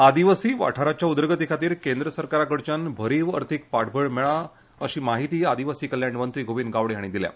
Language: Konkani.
आदिवासी वाठाराच्या उदरगती खातीर केंद्र सरकारा कडच्यान भरीव अर्थिक पाठबळ मेळ्ळां अशी म्हायती आदिवासी कल्याण मंत्री गोविंद गावडे हांणी दिली